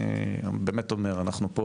אני באמת אומר: אנחנו פה